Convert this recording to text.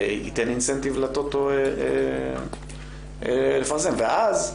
שייתן אינסנטיב לטוטו לפרסם, ואז,